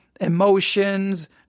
emotions